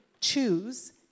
choose